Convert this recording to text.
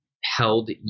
held